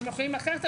אתם יכולים אחרת,